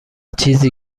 چیزی